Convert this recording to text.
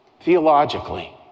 theologically